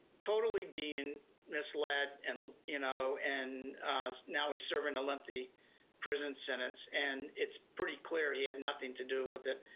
totally being mislead and you know and now he is serving a lengthy prison sentence, and its pretty clear he had nothing to do with it.